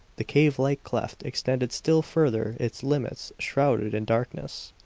the cavelike cleft extended still further, its limits shrouded in darkness.